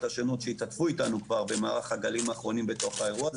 השונות שהשתתפו אתנו כבר במהלך הגלים האחרונים בתוך האירוע הזה,